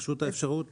פשוט האפשרות